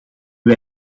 wij